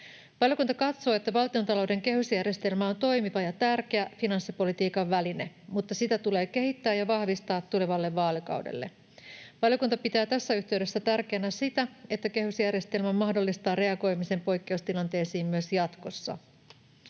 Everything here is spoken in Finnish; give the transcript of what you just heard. Valiokunta katsoo, että valtiontalouden kehysjärjestelmä on toimiva ja tärkeä finanssipolitiikan väline, mutta sitä tulee kehittää ja vahvistaa tulevalle vaalikaudelle. Valiokunta pitää tässä yhteydessä tärkeänä sitä, että kehysjärjestelmä mahdollistaa reagoimisen poikkeustilanteisiin myös jatkossa.